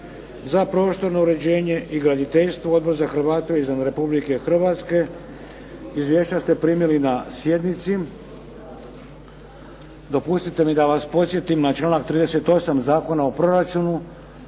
za prostorno uređenje i graditeljstvo, Odbor za Hrvate izvan Republike Hrvatske. Izvješća ste primili na sjednici. Dopustite mi da vas podsjetim na članak 38. Zakona o proračunu